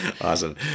Awesome